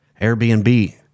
Airbnb